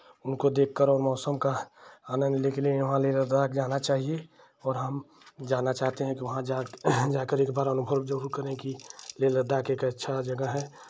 उनको देख कर और मौसम का आनंद लेने के लिए वहाँ लेह लद्दाख जाना चाहिए और हम जाना चाहते हैं कि वहाँ जा जाकर एक बार अनुभव ज़रूर करें की लेह लद्दाख एक अच्छा जगह है